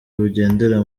bugendera